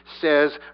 says